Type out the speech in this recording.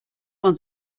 man